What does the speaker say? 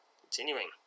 Continuing